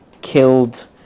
killed